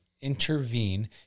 intervene